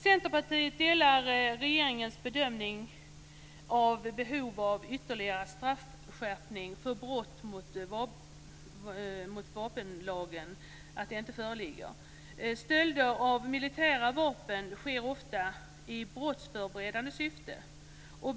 Centerpartiet delar regeringens bedömning att behov av ytterligare straffskärpning för brott mot vapenlagen inte föreligger. Stölder av militära vapen sker ofta i brottsförberedande syfte.